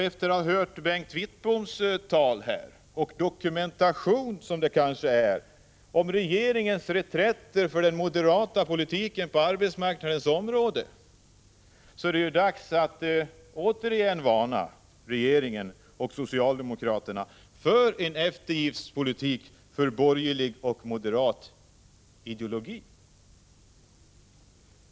Efter att ha hört Bengt Wittboms tal här och dokumentationen av regeringens reträtter för den moderata politiken på arbetsmarknadsområdet är det dags för oss att återigen varna regeringen och socialdemokraterna för en eftergiftspolitik för borgerlig och moderat ideologi.